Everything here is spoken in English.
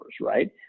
right